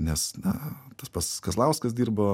nes na tas pats kazlauskas dirbo